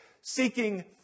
seeking